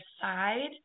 side